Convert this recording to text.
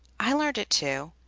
i learned it too,